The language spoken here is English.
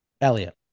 Elliot